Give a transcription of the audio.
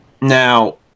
Now